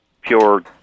pure